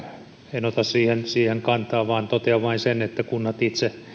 en ota siihen siihen kantaa vaan totean vain sen että kunnat itse